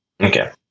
okay